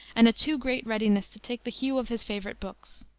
and a too great readiness to take the hue of his favorite books.